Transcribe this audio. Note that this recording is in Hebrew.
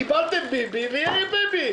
קיבלתם ביבי ויהיה לי ביבי,